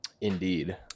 Indeed